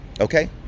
Okay